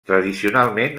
tradicionalment